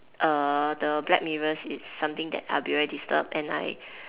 err the black mirrors is something that I will be very disturbed and I